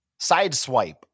Sideswipe